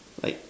like